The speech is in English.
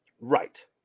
Right